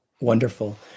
Wonderful